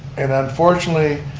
and unfortunately,